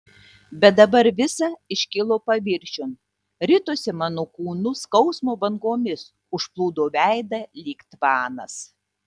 bet dabar visa iškilo paviršiun ritosi mano kūnu skausmo bangomis užplūdo veidą lyg tvanas